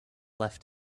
left